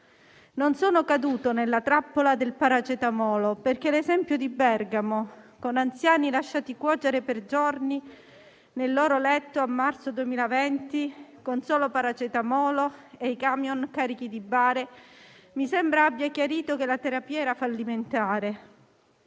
Non sono caduto nella trappola del paracetamolo, perché l'esempio di Bergamo, con anziani lasciati cuocere per giorni nel loro letto a marzo 2020 con solo paracetamolo e i camion carichi di bare, mi sembra abbia chiarito che la terapia era fallimentare.